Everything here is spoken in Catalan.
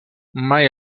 mai